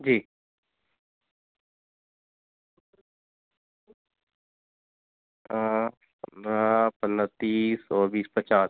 जी पन्द्रह पन्द्रह तीस और बीस पचास